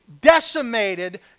decimated